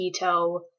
keto